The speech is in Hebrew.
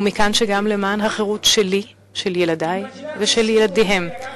ומכאן שגם למען החירות שלי, של ילדי ושל ילדיהם.